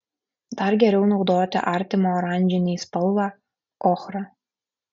dar geriau naudoti artimą oranžinei spalvą ochrą